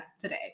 today